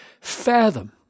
fathom